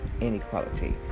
Inequality